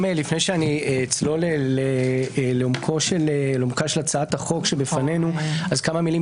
לפני שאצלול לעומקה של הצעת החוק שלפנינו אז כמה מילים